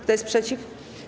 Kto jest przeciw?